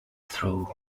through